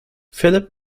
philip